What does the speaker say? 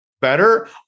better